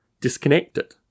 disconnected